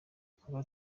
kuba